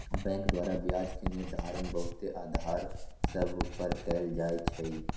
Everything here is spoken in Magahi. बैंक द्वारा ब्याज के निर्धारण बहुते अधार सभ पर कएल जाइ छइ